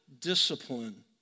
discipline